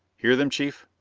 hear them, chief?